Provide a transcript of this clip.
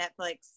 Netflix